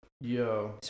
Yo